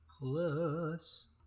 plus